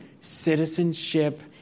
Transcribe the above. Citizenship